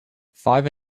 five